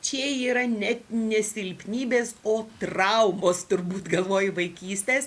čia yra net ne silpnybės o traumos turbūt galvoju vaikystės